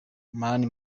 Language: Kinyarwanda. mani